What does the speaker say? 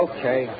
Okay